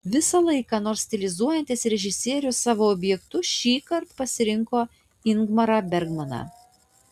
visąlaik ką nors stilizuojantis režisierius savo objektu šįkart pasirinko ingmarą bergmaną